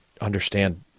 understand